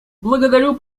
благодарю